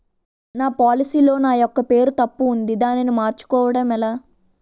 నా పోలసీ లో నా యెక్క పేరు తప్పు ఉంది దానిని మార్చు కోవటం ఎలా?